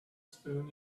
spoon